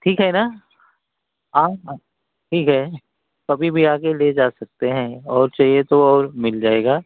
ठीक है ना आप ठीक है कभी भी आकर ले जा सकते हैं और चाहिए तो और मिल जाएगा